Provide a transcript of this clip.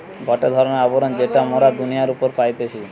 গটে ধরণের আবরণ যেটা মোরা দুনিয়ার উপরে পাইতেছি